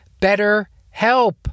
BetterHelp